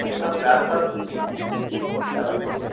না ব্যবসা